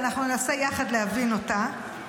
אנחנו ננסה יחד להבין אותה.